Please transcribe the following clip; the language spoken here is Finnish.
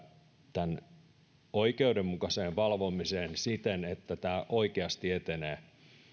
tämän oikeudenmukaiseen valvomiseen siten että tämä oikeasti etenee